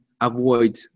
avoid